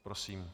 Prosím.